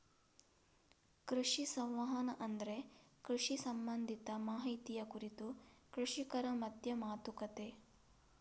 ಕೃಷಿ ಸಂವಹನ ಅಂದ್ರೆ ಕೃಷಿ ಸಂಬಂಧಿತ ಮಾಹಿತಿಯ ಕುರಿತು ಕೃಷಿಕರ ಮಧ್ಯ ಮಾತುಕತೆ